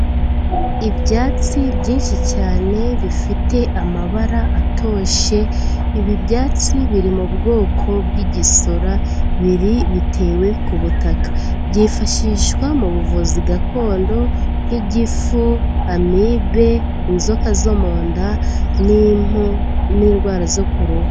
Ibyatsi byinshi cyane bifite amabara atoshye ibi byatsi biri mu bwoko bw'igisura biri/bitewe ku butaka, byifashishwa mu buvuzi gakondo nk'igifu, amibe, inzoka zo mu nda n'impu n'indwara zo ku ruhu.